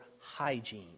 hygiene